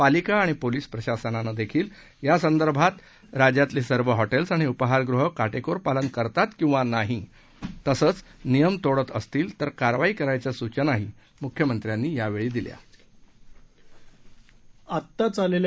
पालिका आणि पोलीस प्रशासनानं देखील यासंदर्भात राज्यातले सर्व हॉटेल्स आणि उपाहारगुहे काटेकोर पालन करतात किंवा नाही तसंच नियम तोडत असती तर कारवाई करण्याच्या सूचनाही मुख्यमंत्र्यांनी यावेळी दिल्या